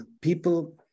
People